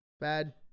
Bad